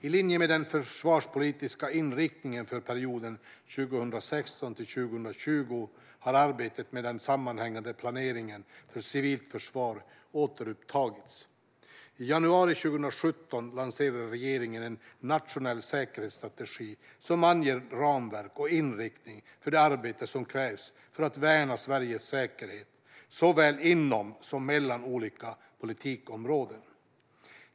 I linje med den försvarspolitiska inriktningen för perioden 2016-2020 har arbetet med den sammanhängande planeringen för civilt försvar återupptagits. I januari 2017 lanserade regeringen en nationell säkerhetsstrategi som anger ramverk och inriktning för det arbete som krävs för att värna Sveriges säkerhet, såväl inom som mellan olika politikområden.